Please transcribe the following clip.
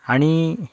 आनी